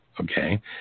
Okay